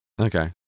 Okay